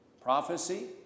Prophecy